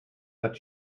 that